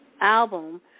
album